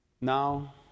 Now